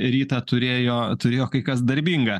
rytą turėjo turėjo kai kas darbingą